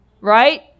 right